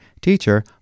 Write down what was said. teacher